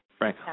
Right